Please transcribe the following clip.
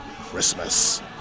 Christmas